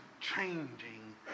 changing